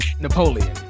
Napoleon